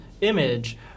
image